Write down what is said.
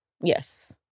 Yes